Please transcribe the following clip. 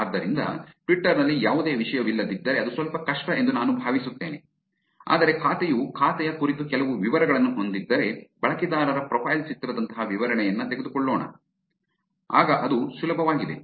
ಆದ್ದರಿಂದ ಟ್ವಿಟ್ಟರ್ ನಲ್ಲಿ ಯಾವುದೇ ವಿಷಯವಿಲ್ಲದಿದ್ದರೆ ಅದು ಸ್ವಲ್ಪ ಕಷ್ಟ ಎಂದು ನಾನು ಭಾವಿಸುತ್ತೇನೆ ಆದರೆ ಖಾತೆಯು ಖಾತೆಯ ಕುರಿತು ಕೆಲವು ವಿವರಗಳನ್ನು ಹೊಂದಿದ್ದರೆ ಬಳಕೆದಾರರ ಪ್ರೊಫೈಲ್ ಚಿತ್ರದಂತಹ ವಿವರಣೆಯನ್ನು ತೆಗೆದುಕೊಳ್ಳೋಣ ಆಗ ಅದು ಸುಲಭವಾಗಿದೆ